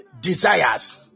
desires